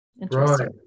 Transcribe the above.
Right